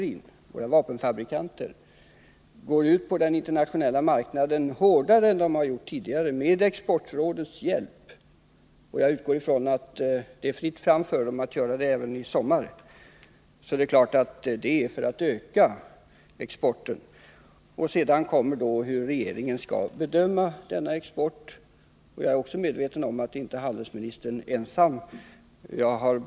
Om våra vapenfabrikanter med exportrådets hjälp går ut hårdare på den internationella marknaden än tidigare — jag utgår från att det är fritt fram för dem att göra det även i sommar — är det klart att detta sker för att öka exporten. Sedan kommer frågan om hur regeringen skall bedöma denna export. Jag är också medveten om att handelsministern inte ensam är ansvarig.